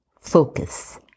focus